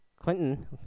Clinton